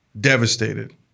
devastated